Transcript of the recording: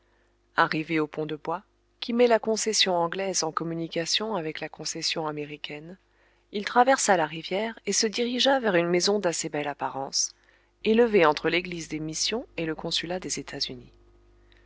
arrivé au pont de bois qui met la concession anglaise en communication avec la concession américaine il traversa la rivière et se dirigea vers une maison d'assez belle apparence élevée entre l'église des missions et le consulat des états-unis